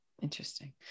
Interesting